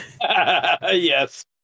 Yes